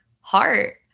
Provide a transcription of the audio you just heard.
heart